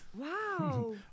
Wow